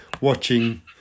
watching